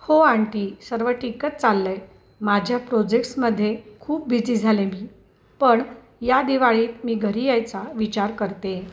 हो आंटी सर्व ठीकच चाललं आहे माझ्या प्रोजेक्टसमध्ये खूप बिझी झाले मी पण या दिवाळीत मी घरी यायचा विचार करते आहे